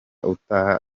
utaha